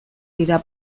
dira